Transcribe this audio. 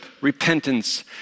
repentance